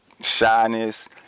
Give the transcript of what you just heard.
shyness